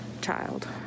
child